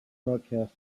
broadcast